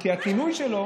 כי הכינוי שלו